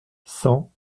cent